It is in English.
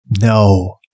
no